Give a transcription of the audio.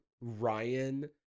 ryan